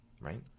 right